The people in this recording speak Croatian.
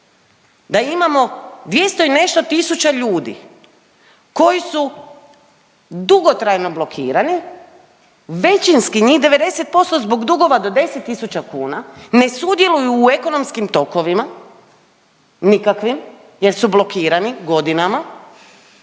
da imamo 200 i nešto tisuća ljudi koji su dugotrajno blokirani većinski njih 90% zbog dugova do 10 tisuća kuna ne sudjeluju u ekonomskim tokovima nikakvim jer su blokirani godinama,